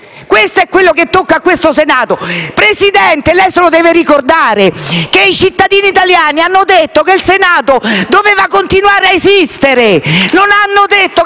Questo è ciò che tocca a questo Senato! Signor Presidente, lei si deve ricordare che i cittadini italiani hanno detto che il Senato doveva continuare a esistere.